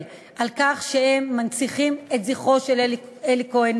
על כך שהם מנציחים את זכרו של אלי כהן,